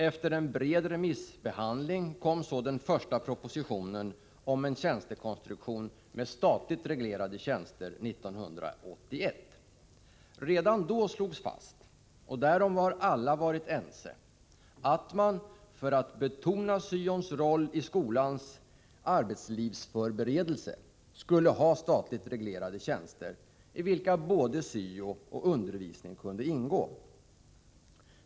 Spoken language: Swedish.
Efter en bred remissbehandling kom så 1981 den första propositionen om en tjänstekonstruktion med statligt reglerade tjänster. Redan då slogs fast — och därom har alla varit ense — att man, för att betona syo-verksamhetens roll i skolans arbetslivsförberedelse, skulle ha statligt reglerade tjänster, i vilka både syo och undervisning kunde ingå.